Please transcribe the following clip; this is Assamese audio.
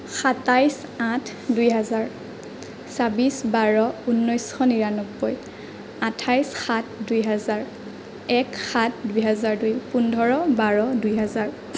সাতাইছ আঠ দুই হেজাৰ ছাব্বিছ বাৰ ঊনৈছশ নিৰান্নবৈ আঠাইছ সাত দুইহেজাৰ এক সাত দুইহেজাৰ দুই পোন্ধৰ বাৰ দুই হেজাৰ